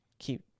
keep